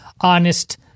honest